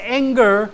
anger